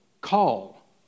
call